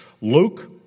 Luke